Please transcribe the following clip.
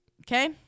Okay